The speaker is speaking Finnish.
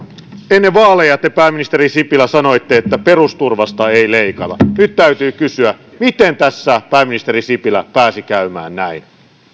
ennen vaaleja te pääministeri sipilä sanoitte että perusturvasta ei leikata nyt täytyy kysyä miten tässä pääministeri sipilä pääsi käymään näin